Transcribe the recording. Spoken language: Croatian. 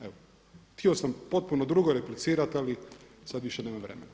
Evo, htio sam potpuno drugo replicirati, ali sada više nemam vremena.